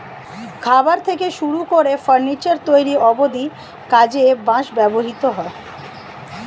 খাবার থেকে শুরু করে ফার্নিচার তৈরি অব্ধি কাজে বাঁশ ব্যবহৃত হয়